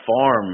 farm